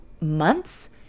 months